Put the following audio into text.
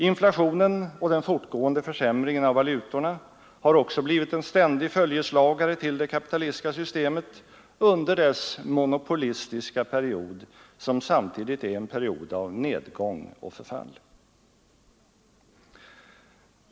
Inflationen och den fortgående försämringen av valutorna har också blivit en ständig följeslagare till det kapitalistiska systemet under dess monopolistiska period, som samtidigt är en period av nedgång och förfall.